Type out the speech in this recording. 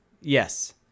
yes